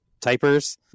typers